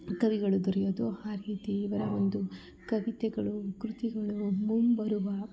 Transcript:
ಕವಿಗಳು ದೊರೆಯೋದು ಆ ರೀತಿ ಇವರ ಒಂದು ಕವಿತೆಗಳು ಕೃತಿಗಳು ಮುಂಬರುವ